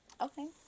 Okay